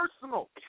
personal